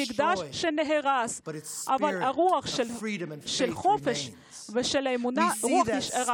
המקדש נהרס, אבל הרוח של החופש ושל האמונה נשארה.